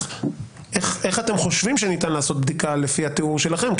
איך אתם חושבים שניתן לעשות בדיקה לפי התיאור שלכם?